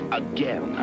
again